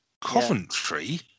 Coventry